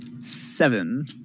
seven